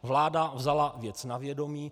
Vláda vzala věc na vědomí.